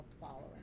following